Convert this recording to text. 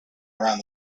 around